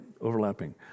overlapping